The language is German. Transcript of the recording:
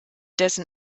dessen